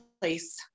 place